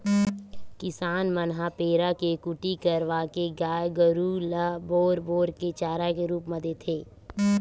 किसान मन ह पेरा के कुटी करवाके गाय गरु ल बोर बोर के चारा के रुप म देथे